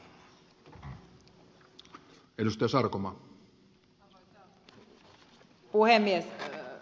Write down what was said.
arvoisa puhemies